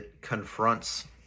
confronts